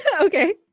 Okay